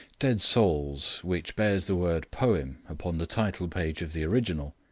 dead souls, which bears the word poem upon the title page of the original,